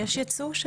יש ייצוא?